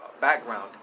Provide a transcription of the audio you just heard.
background